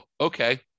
okay